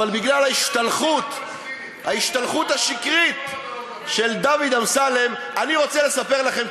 אבל בגלל ההשתלחות השקרית של דוד אמסלם אני רוצה לספר לכם,